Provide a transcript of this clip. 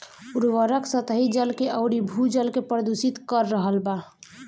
उर्वरक सतही जल अउरी भू जल के प्रदूषित कर रहल बा